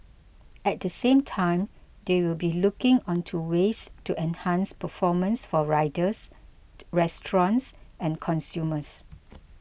at the same time they will be looking onto ways to enhance performance for riders restaurants and consumers